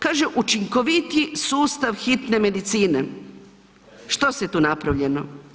Kaže učinkovitiji sustav hitne medicine, što je tu napravljeno?